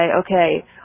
okay